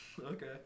Okay